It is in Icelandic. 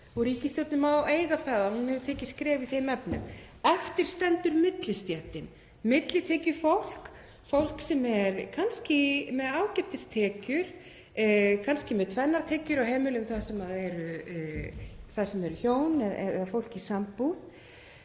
ríkisstjórnin má eiga það að hún hefur tekið skref í þeim efnum. Eftir stendur millistéttin, millitekjufólk sem er kannski með ágætistekjur, kannski með tvennar tekjur á heimilum þar sem eru hjón eða fólk í sambúð.